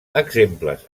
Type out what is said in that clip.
exemples